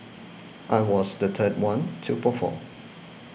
I was the third one to perform